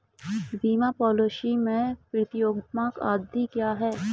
बीमा पॉलिसी में प्रतियोगात्मक अवधि क्या है?